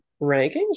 rankings